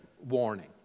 warning